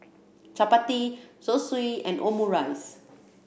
Chapati Zosui and Omurice